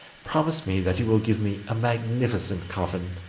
promise me that you will give me a magnificent coffin,